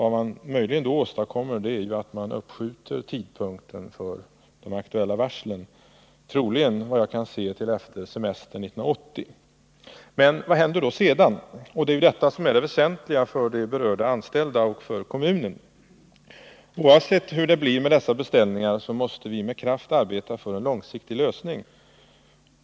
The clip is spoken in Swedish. Vad man möjligen då åstadkommer är att uppskjuta tidpunkten för de aktuella varslen, enligt vad jag kan se troligen till efter semestern 1980. Men vad händer då sedan? Det är detta som är det väsentliga både för de berörda anställda och för kommunen. Oavsett hur det blir med dessa beställningar måste vi med kraft arbeta för en långsiktig lösning.